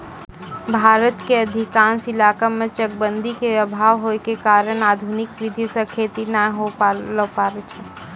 भारत के अधिकांश इलाका मॅ चकबंदी के अभाव होय के कारण आधुनिक विधी सॅ खेती नाय होय ल पारै छै